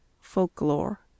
Folklore